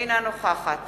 אינה נוכחת